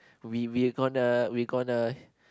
we we're gonna we gonna